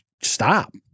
stop